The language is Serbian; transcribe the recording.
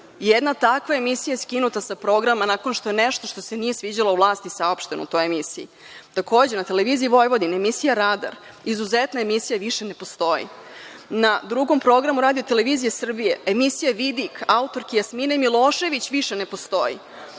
jedna takva emisija je skinuta sa programa nakon što je nešto što se nije svidelo vlasti saopšten u toj emisiji. Takođe na Televiziji Vojvodina, emisija „Radar“, izuzetna emisija više ne postoji. Na Drugom programu RTS emisija „Vidik“ autorke Jasmine Milošević više ne postoji.